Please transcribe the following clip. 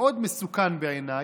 מאוד מסוכן בעיניי,